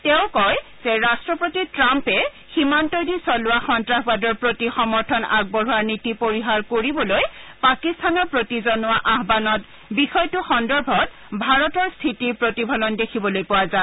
তেওঁ কয় যে ৰট্টপতি ট্ৰাম্পে সীমান্তইদি চলোৱা সন্তাসবাদৰ প্ৰতি সমৰ্থন আগবঢ়োৱাৰ নীতি পৰিহাৰ কৰিবলৈ পাকিস্তানৰ প্ৰতি জনোৱা আয়ানত বিষয়টো সন্দৰ্ভত ভাৰতৰ স্থিতিৰ প্ৰতিফলন দেখিবলৈ পোৱা যায়